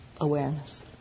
awareness